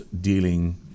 dealing